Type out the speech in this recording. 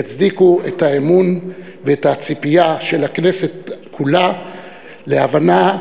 יצדיקו את האמון ואת הציפייה של הכנסת כולה להבנה,